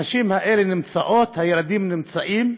הנשים האלה נמצאות והילדים נמצאים.